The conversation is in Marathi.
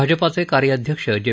भाजपाचे कार्याध्यक्ष जे